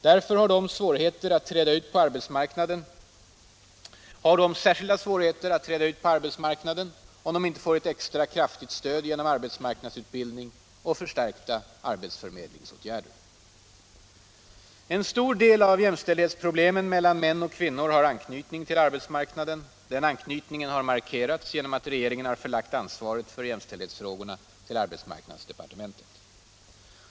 Därför har de särskilda svårigheter att träda ut på arbetsmarknaden om de inte får ett extra kraftigt stöd genom arbetsmarknadsutbildning och förstärkta arbetsförmedlingsåtgärder. En stor del av jämställdhetsproblemen mellan män och kvinnor har anknytning till arbetsmarknaden. Den anknytningen har markerats genom att regeringen har förlagt ansvaret för jämställdhetsfrågorna till arbetsmarknadsdepartementet.